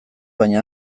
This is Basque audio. baina